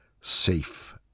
safe